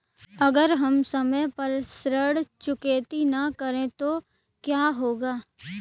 अगर हम समय पर ऋण चुकौती न करें तो क्या होगा?